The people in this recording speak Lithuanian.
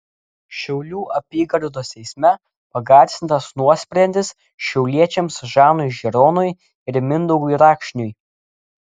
šiaulių apygardos teisme pagarsintas nuosprendis šiauliečiams žanui žironui ir mindaugui rakšniui